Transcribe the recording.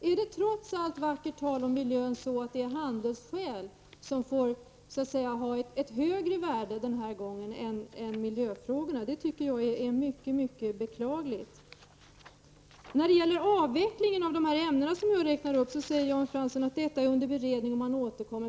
Är det så, trots allt vackert tal om miljön, att handelsskäl tillmäts ett högre värde än miljöfrågorna? Om det är så, är det synnerligen beklagligt. När det gäller avvecklingen av de ämnen som jag har räknat upp säger Jan Fransson att den frågan är under beredning och att man återkommer.